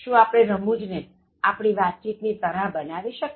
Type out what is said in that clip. શું આપણે રમૂજ ને આપણી વાતચીત ની તરાહ બનાવી શકીએ